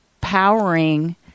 powering